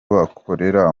bakorera